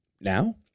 now